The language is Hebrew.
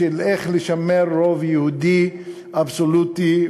של איך לשמר רוב יהודי אבסולוטי,